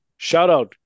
shoutout